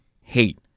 hate